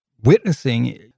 witnessing